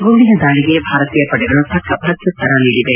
ಗುಂಡಿನ ದಾಳಿಗೆ ಭಾರತೀಯ ಪಡೆಗಳು ತಕ್ಕ ಪ್ರತ್ಯುತ್ತರ ನೀಡಿವೆ